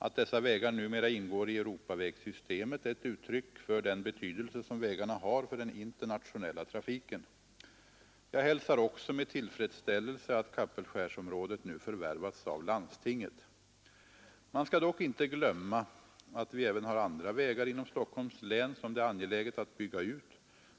Att dessa vägar numera ingår i Europavägsystemet är ett uttryck för den betydelse som vägarna har för den internationella trafiken. Jag hälsar också med tillfredsställelse att Kapellskärsområdet nu förvärvats av landstinget. 97 Man skall dock inte glömma att vi även har andra vägar inom Stockholms län som det är angeläget att bygga ut.